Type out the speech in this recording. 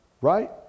right